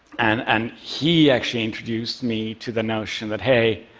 and and he actually introduced me to the notion that, hey,